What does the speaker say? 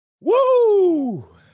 Woo